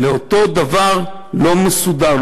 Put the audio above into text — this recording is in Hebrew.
לאותו דבר לא מסודר,